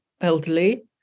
Elderly